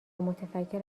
متفکر